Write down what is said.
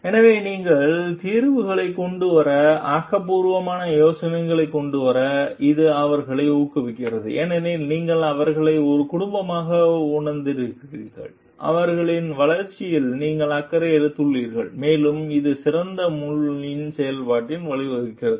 எனவே சிறந்த தீர்வுகளைக் கொண்டு வர ஆக்கப்பூர்வமான யோசனைகளைக் கொண்டு வர இது அவர்களை ஊக்குவிக்கிறது ஏனெனில் நீங்கள் அவர்களை ஒரு குடும்பமாக உணரவைத்துள்ளீர்கள் அவர்களின் வளர்ச்சியில் நீங்கள் அக்கறை எடுத்துள்ளீர்கள் மேலும் இது சிறந்த மூளையின் செயல்பாட்டிற்கு வழிவகுக்கிறது